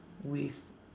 with